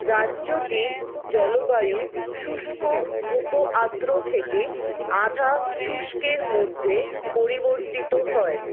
রাজ্যটির জলবায়ু শুষ্ক উপআর্দ্র থেকে আধা শুষ্কের মধ্যে পরিবর্তিত হয়